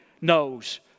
knows